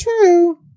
true